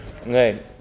Okay